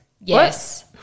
Yes